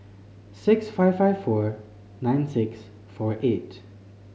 six five five four nine six four eight